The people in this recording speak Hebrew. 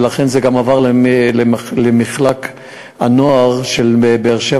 ולכן זה גם עבר למחלק הנוער של באר-שבע,